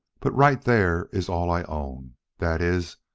but right there is all i own that is,